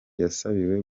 yasabiwe